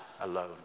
alone